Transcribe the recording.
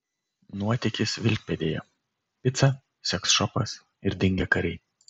nuotykis vilkpėdėje pica seksšopas ir dingę kariai